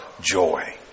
joy